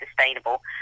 sustainable